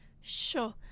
Sure